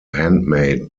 handmade